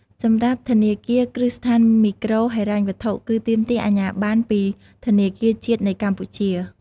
សម្រាប់ធនាគារគ្រឹះស្ថានមីក្រូហិរញ្ញវត្ថុ គឺទាមទារអាជ្ញាប័ណ្ណពីធនាគារជាតិនៃកម្ពុជា។